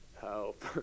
Help